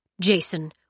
Jason